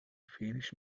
finnish